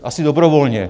Asi dobrovolně.